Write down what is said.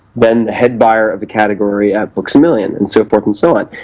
then, the head buyer of the category at books-a-million and so forth and so on,